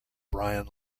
brian